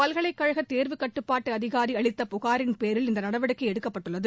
பல்கலைக்கழக தேர்வுக் கட்டுப்பாட்டு அதிகாரி அளித்த புகாரின் பேரில் இந்த நடவடிக்கை எடுக்கப்பட்டுள்ளது